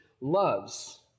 loves